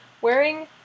wearing